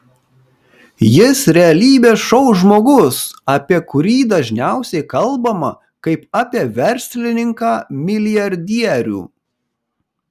jis realybės šou žmogus apie kurį dažniausiai kalbama kaip apie verslininką milijardierių